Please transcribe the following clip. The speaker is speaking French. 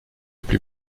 plus